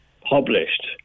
published